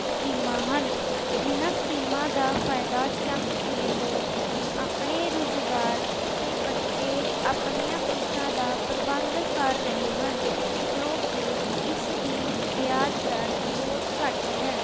ਸਕੀਮਾਂ ਹਨ ਜਿਨ੍ਹਾਂ ਸਕੀਮਾਂ ਦਾ ਫਾਇਦਾ ਚੱਕ ਕੇ ਲੋਕ ਆਪਣੇ ਰੁਜ਼ਗਾਰ ਅਤੇ ਬੱਚੇ ਆਪਣੀਆਂ ਫੀਸਾਂ ਦਾ ਪ੍ਰਬੰਧ ਕਰ ਰਹੇ ਹਨ ਕਿਉਂਕਿ ਇਸ ਦੀ ਵਿਆਜ ਦਰ ਬਹੁਤ ਘੱਟ ਹੈ